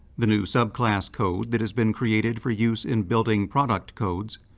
the new subclass code that has been created for use in building product codes,